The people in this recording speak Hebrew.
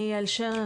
אני יעל שרר,